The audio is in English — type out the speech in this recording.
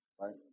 right